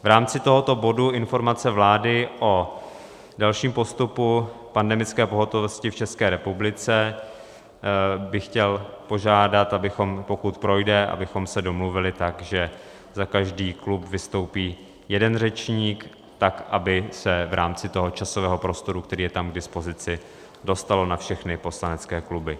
V rámci tohoto bodu Informace vlády o dalším postupu pandemické pohotovosti v České republice bych chtěl požádat, abychom se, pokud projde, domluvili tak, že za každý klub vystoupí jeden řečník, tak aby se v rámci toho časového prostoru, který je tam k dispozici, dostalo na všechny poslanecké kluby.